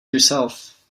yourself